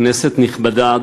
כנסת נכבדה,